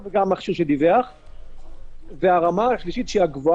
האחת היא מידע בינארי, הפר או לא